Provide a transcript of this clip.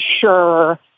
sure